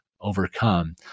overcome